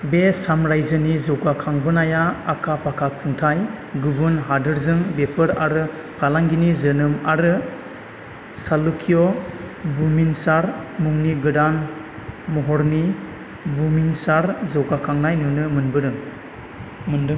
बे साम्रायजोनि जौखांबोनाया आखा फाखा खुंथाय गुबुन हादोरजों बेफार आरो फालांगिनि जोनोम आरो चालुक्य बुमिनसार मुंनि गोदान महरनि बुमिनसार जौगाखांनाय नुनो मोनबोदों मोनदों